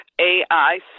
AI